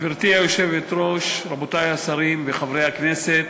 גברתי היושבת-ראש, רבותי השרים וחברי הכנסת,